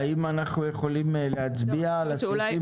האם אנחנו יכולים להצביע על הסעיפים האלה?